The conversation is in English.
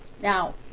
Now